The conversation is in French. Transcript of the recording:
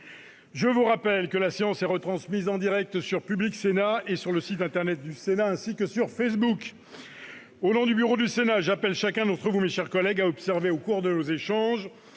Je vous rappelle que la séance est retransmise en direct sur Public Sénat et le site internet du Sénat, ainsi que sur Facebook. Au nom du bureau du Sénat, j'appelle chacun d'entre vous, mes chers collègues, à observer au cours de nos échanges